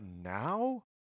now